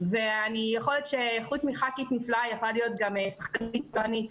ויכול להיות שחוץ מח"כית נפלאה היא יכולה להיות גם שחקנית מקצוענית.